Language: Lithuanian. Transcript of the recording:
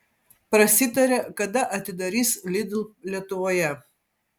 prasitarė kada atidarys lidl lietuvoje